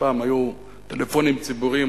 פעם כשהיו טלפונים ציבוריים,